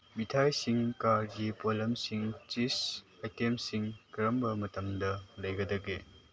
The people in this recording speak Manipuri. ꯃꯤꯊꯥꯏꯁꯤꯡ ꯀꯥꯔꯒꯤ ꯄꯣꯠꯂꯝꯁꯤꯡ ꯆꯤꯁ ꯑꯥꯏꯇꯦꯝꯁꯤꯡ ꯀꯔꯝꯕ ꯃꯇꯝꯗ ꯂꯩꯒꯗꯒꯦ